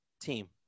team